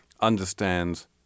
understands